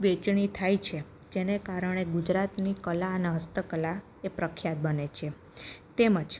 વહેંચણી થાય છે જેને કારણે ગુજરાતની કલા અને હસ્તકલા એ પ્રખ્યાત બને છે તેમજ